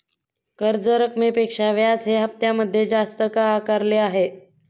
कर्ज रकमेपेक्षा व्याज हे हप्त्यामध्ये जास्त का आकारले आहे?